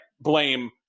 blame